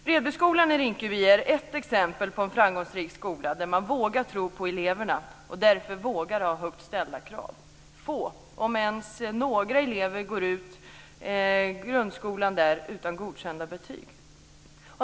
Bredbyskolan i Rinkeby är ett exempel på en framgångsrik skola, där man vågar tro på eleverna och därför vågar ha högt ställda krav. Få, om ens några, elever går ut grundskolan där utan godkända betyg.